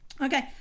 Okay